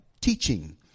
teaching